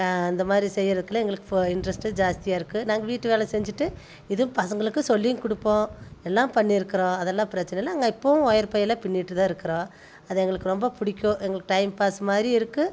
இந்த மாதிரி செய்றதுக்கெலாம் எங்களுக்கு இன்ட்ரஸ்ட் ஜாஸ்தியாக இருக்குது நாங்கள் வீட்டு வேலை செஞ்சுட்டு இதுவும் பசங்களுக்கு சொல்லியும் கொடுப்போம் எல்லாம் பண்ணிருக்கிறோம் அதெல்லாம் பிரச்சனை இல்லை நாங்கள் இப்போவும் ஒயர் பை எல்லாம் பின்னிகிட்டு தான் இருக்கிறோம் அது எங்களுக்கு ரொம்ப பிடிக்கும் எங்களுக்கு டைம் பாஸ் மாதிரி இருக்குது